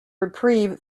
reprieve